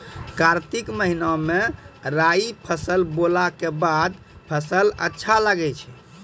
कार्तिक महीना मे राई फसल बोलऽ के बाद फसल अच्छा लगे छै